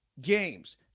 games